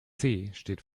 steht